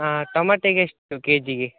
ಹಾಂ ಟೊಮೆಟೆಗೆ ಎಷ್ಟು ಕೆ ಜಿಗೆ